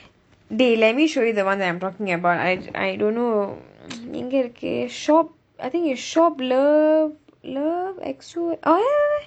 dey let me show you the [one] that I'm talking about I I don't know எங்கே இருக்கு:enga irukku shop I think it's shop love love X_O ah